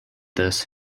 this